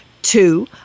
Two